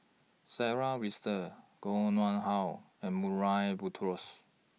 Sarah Winstedt Koh Nguang How and Murray Buttrose